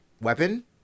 weapon